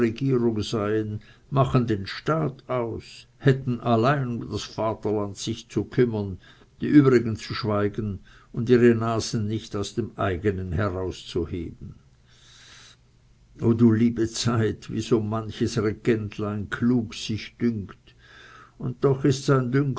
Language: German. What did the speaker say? seien machen den staat aus hätten allein um das vaterland sich zu kümmern die übrigen zu schweigen und ihre nasen nicht aus dem eigenen heraus zu heben o du liebe zeit wie so manches regentlein klug sich dünkt und doch ist sein